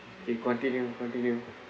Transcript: K continue continue